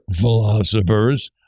philosophers